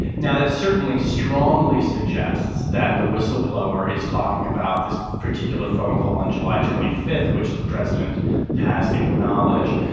now that certainly strongly suggests that the whistleblower is talking about this particular phone call on july twenty fifth which the president has acknowledged.